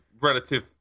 relative